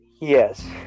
yes